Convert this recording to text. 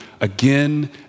again